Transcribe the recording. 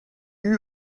eut